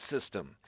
system